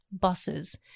buses